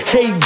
Hey